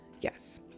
yes